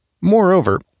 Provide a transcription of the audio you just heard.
Moreover